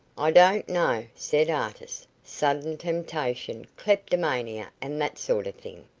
i don't know, said artis. sudden temptation kleptomania and that sort of thing.